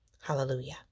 Hallelujah